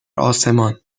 آسمان